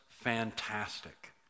fantastic